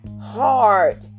hard